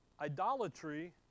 idolatry